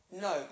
No